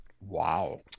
Wow